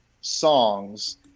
songs